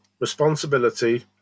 responsibility